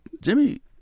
Jimmy